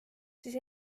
siis